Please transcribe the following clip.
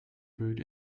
brewed